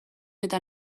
eta